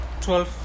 12